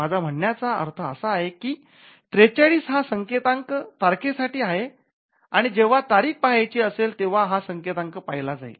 माझा म्हणण्याचा अर्थ असा आहे की ४३ हा संकेतांक तारखे साठी आहे आणि जेंव्हा तारीख पाहायची असेल तेंव्हा हा संकेतांक पहिला जाईल